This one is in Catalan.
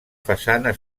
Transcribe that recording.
façana